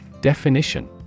Definition